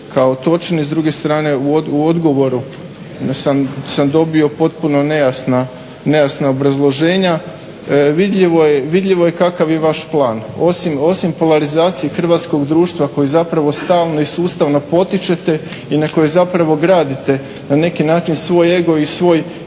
kao točni. S druge strane u odgovoru sam dobio potpuno nejasna obrazloženja. Vidljivo je kakav je vaš plan. Osim polarizacije hrvatskog društva koji zapravo stalno i sustavno potičete i na koji zapravo gradite na neki način svoj ego i svoj